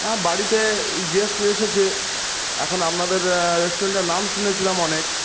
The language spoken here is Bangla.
হ্যাঁ বাড়িতে গেস্ট এসেছে এখন আপনাদের রেস্টুরেন্টের নাম শুনেছিলাম অনেক